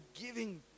giving